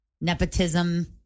Nepotism